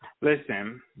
listen